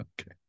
Okay